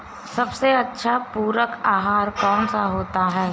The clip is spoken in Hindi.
सबसे अच्छा पूरक आहार कौन सा होता है?